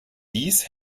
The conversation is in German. dies